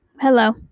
hello